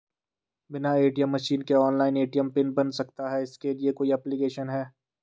बिना ATM machine के online ATM pin बन सकता है इसके लिए कोई ऐप्लिकेशन है?